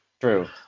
True